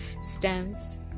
stones